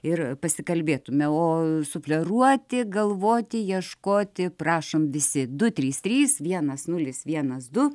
ir pasikalbėtume o sufleruoti galvoti ieškoti prašom visi du trys trys vienas nulis vienas du